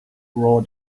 raw